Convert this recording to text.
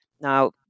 Now